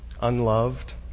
unloved